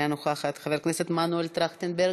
אינה נוכחת, חבר הכנסת מנואל טרכטנברג,